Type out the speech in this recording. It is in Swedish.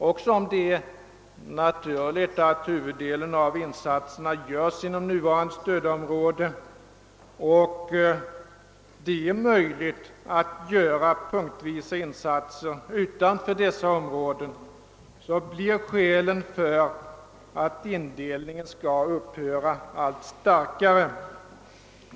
Också om det är naturligt att huvuddelen av insatserna görs inom nuvarande stödområde och det är möjligt att göra punktvisa insatser utanför detta område, blir skälen för att indelningen skall upphöra allt starkare.